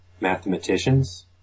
mathematicians